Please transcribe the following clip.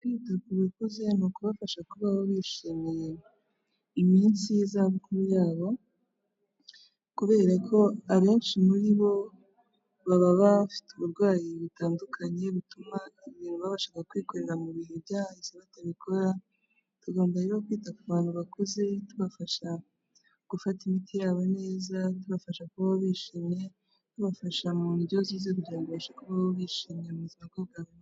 Kwita ku bakuze ni ukubafasha kubaho bishimiye iminsi y'izabukuru yabo, kubera ko abenshi muri bo baba bafite uburwayi butandukanye, butuma ibintu baba bashaka kwikorera mu bihe by'ahahise batabikora, tugomba rero kwita ku bantu bakuze tubafasha gufata imiti yabo neza ,tubafasha kubaho bishimye, tubafasha mu ndyo nziza kugirango babashe kubaho bishimye muzima bwabo bwa buri munsi.